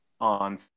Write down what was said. on